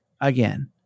again